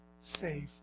safe